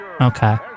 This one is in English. Okay